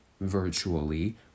virtually